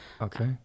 Okay